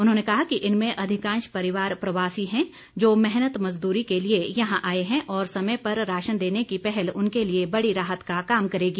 उन्होंने कहा कि इनमें अधिकांश परिवार प्रवासी हैं जो मेहनत मजदूरी के लिए यहां आए हैं और समय पर राशन देने की पहल उनके लिए बड़ी राहत का काम करेगी